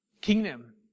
kingdom